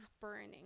burning